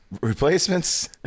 Replacements